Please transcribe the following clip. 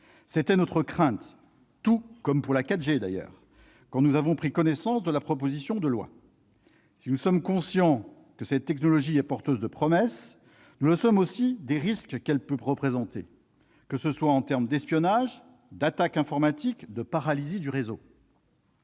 C'était notre crainte, tout comme pour la 4G d'ailleurs, quand nous avons pris connaissance de la proposition de loi. Si nous sommes conscients que cette technologie est porteuse de promesses, nous le sommes aussi des risques qu'elle peut représenter que ce soit en termes d'espionnage, d'attaque informatique, de paralysie du réseau